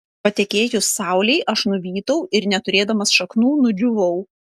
patekėjus saulei aš nuvytau ir neturėdamas šaknų nudžiūvau